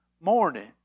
morning